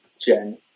Jen